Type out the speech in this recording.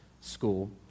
school